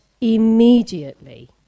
immediately